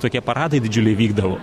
tokie paradai didžiuliai vykdavo